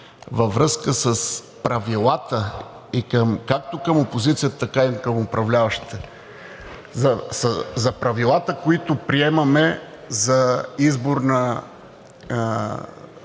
във връзка с правилата – както към опозицията, така и към управляващите, за правилата, които приемаме за избор на